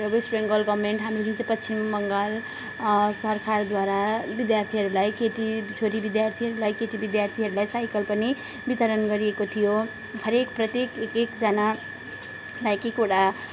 West Bengal government हामी जुन चाहिँ पश्चिम बङ्गाल सरकारद्वारा विद्यार्थीहरूलाई केटी छोरी विद्यार्थीहरूलाई केटी विद्यार्थीहरूलाई साइकल पनि वितरण गरिएको थियो हरेक प्रत्येक एक एकजनालाई एक एकवटा